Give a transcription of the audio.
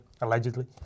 allegedly